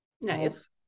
nice